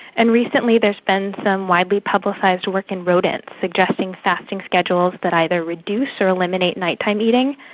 and recently there has been some widely publicised work in rodents suggesting fasting schedules that either reduce or eliminate night-time eating,